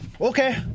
Okay